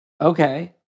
Okay